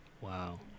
Wow